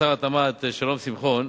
ושר התמ"ת שלום שמחון,